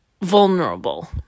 vulnerable